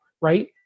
right